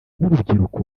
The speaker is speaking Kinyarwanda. nk’urubyiruko